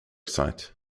site